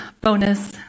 bonus